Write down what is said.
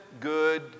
good